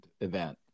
event